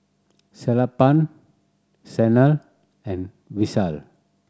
Sellapan Sanal and Vishal